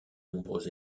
nombreux